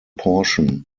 portion